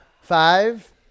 Five